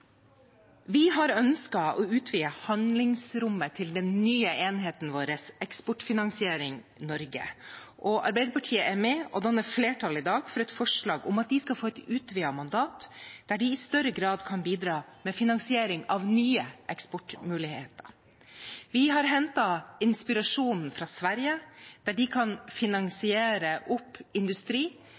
Vi har ønsket å utvide handlingsrommet til den nye enheten vår, Eksportfinansiering Norge. Arbeiderpartiet er i dag med og danner flertall for et forslag om at de skal få et utvidet mandat, der de i større grad kan bidra med finansiering av nye eksportmuligheter. Vi har hentet inspirasjon fra Sverige, der de kan finansiere opp industri